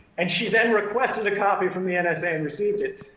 and she then requested a copy from the and nsa and received it,